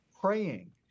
praying